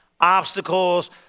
obstacles